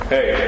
Hey